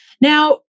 Now